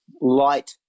light